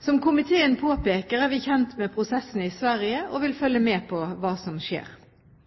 Som komiteen påpeker, er vi kjent med prosessen i Sverige, og vi vil følge med på hva som skjer.